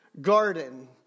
garden